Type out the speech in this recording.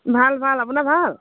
ভাল ভাল আপোনাৰ ভাল